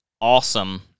awesome